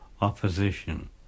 opposition